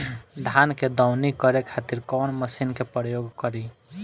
धान के दवनी करे खातिर कवन मशीन के प्रयोग करी?